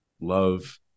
love